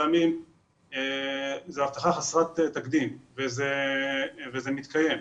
ימים היא הבטחה חסרת תקדים וזה מתקיים.